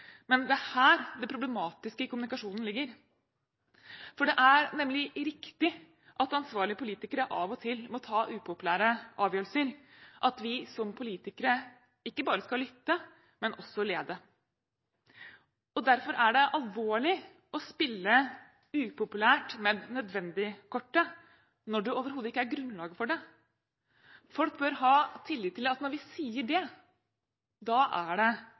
men også lede. Derfor er det alvorlig å spille «upopulært, men nødvendig»-kortet når det overhodet ikke er grunnlag for det. Folk bør ha tillit til at når vi sier det, er det